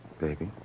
Baby